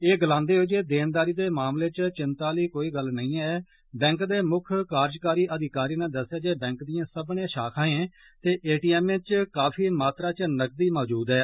एह् गलान्दे होई जे देनदारी दे मामलें च चिन्ता आली कोई गल्ल नेईं ऐ बैंक दे मुक्ख कार्यकारी अधिकारी नै दस्सेआ ऐ जे बैंक दिए सब्मने शाखाएं ते एटीएमएं च काफी मात्रा च नकदी मौजूद ऐ